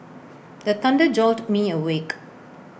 the thunder jolt me awake